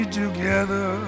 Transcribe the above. together